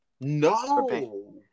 no